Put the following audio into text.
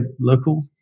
local